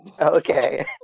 Okay